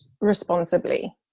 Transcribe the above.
responsibly